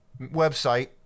website